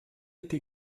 été